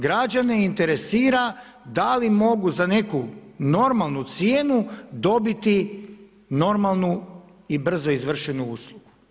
Građane interesira da li mogu za neku normalnu cijenu dobiti normalnu i brzo izvršenu uslugu.